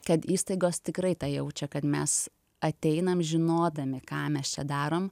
kad įstaigos tikrai tą jaučia kad mes ateinam žinodami ką mes čia darom